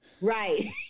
Right